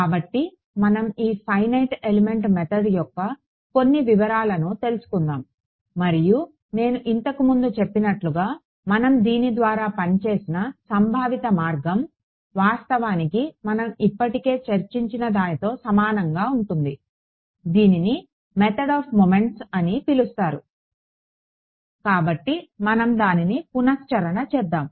కాబట్టి మనం ఈ ఫైనైట్ ఎలిమెంట్ మెథడ్ యొక్క కొన్ని వివరాలను తెలుసుకుందాం మరియు నేను ఇంతకు ముందు చెప్పినట్లుగా మనం దీని ద్వారా పనిచేసిన సంభావిత మార్గం వాస్తవానికి మనం ఇప్పటికే చర్చించిన దానితో సమానంగా ఉంటుంది దీనిని మెథడ్ ఆఫ్ మొమెంట్స్ అని పిలుస్తారు కాబట్టి మనం దానిని పునశ్చరణ చేద్దాం